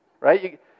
Right